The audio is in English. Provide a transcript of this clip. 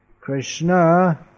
Krishna